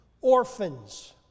orphans